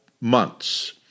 months